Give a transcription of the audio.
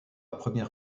première